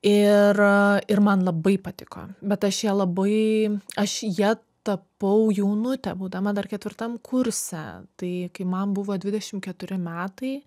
ir ir man labai patiko bet aš ja labai aš ja tapau jaunutė būdama dar ketvirtam kurse tai kai man buvo dvidešim keturi metai